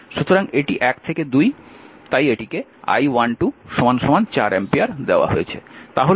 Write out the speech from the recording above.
সুতরাং এটি 1 থেকে 2 তাই এটিকে I12 4 অ্যাম্পিয়ার দেওয়া হয়েছে